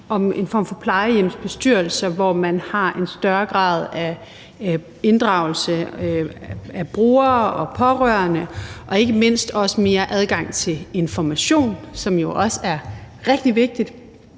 om en form for plejehjemsbestyrelser, hvor man har en større grad af inddragelse af brugere og pårørende og ikke mindst også mere adgang til information, som jo også er et rigtig vigtigt